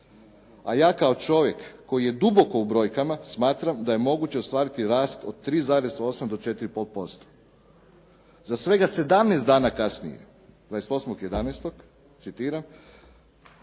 A ja kao čovjek koji je duboko u brojkama smatram da je moguće ostvariti rast od 3,8 do 4 i pol posto.“ Za svega 17 dana kasnije, 28.11. citiram